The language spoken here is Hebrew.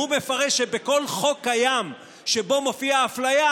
הוא מפרש שבכל חוק קיים שבו מופיעה אפליה,